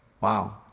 Wow